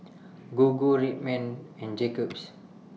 Gogo Red Man and Jacob's